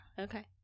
Okay